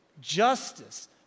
justice